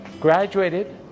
graduated